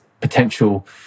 potential